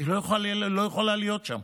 היא לא יכולה להיות שם.